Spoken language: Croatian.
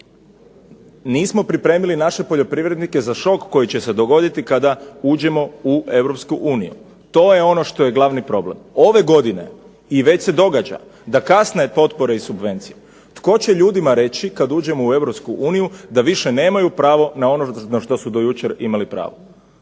Nismo pripremili naše poljoprivrednike za šok koji će se dogoditi kada uđemo u EU. To je ono što je glavni problem. Ove godine i već se događa da kasne potpore i subvencije. Tko će ljudima reći kad uđemo u EU da više nemaju pravo na ono na što su do jučer imali pravo?